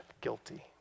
guilty